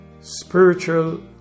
Spiritual